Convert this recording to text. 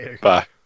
Bye